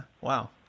Wow